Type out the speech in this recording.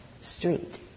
street